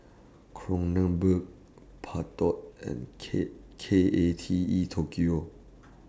Kronenbourg Bardot and K K A T E Tokyo